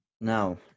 Now